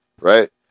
right